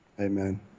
Amen